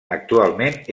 actualment